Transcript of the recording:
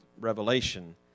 Revelation